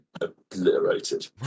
obliterated